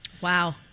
Wow